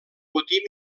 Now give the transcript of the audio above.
botí